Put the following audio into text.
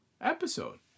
episode